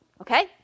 Okay